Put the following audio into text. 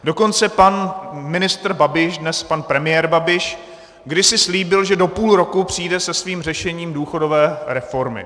Dokonce pan ministr Babiš, dnes pan premiér Babiš, kdysi slíbil, že do půl roku přijde se svým řešením důchodové reformy.